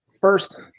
first